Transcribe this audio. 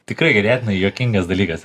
tikrai ganėtinai juokingas dalykas